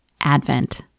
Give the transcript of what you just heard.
Advent